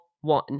one